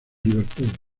liverpool